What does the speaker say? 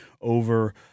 over